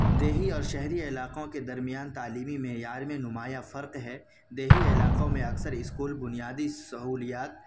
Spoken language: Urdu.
دیہی اور شہری علاقوں کے درمیان تعلیمی معیار میں نمایاں فرق ہے دیہی علاقوں میں اکثر اسکول بنیادی سہولیات